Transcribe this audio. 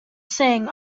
sing